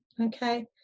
okay